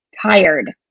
tired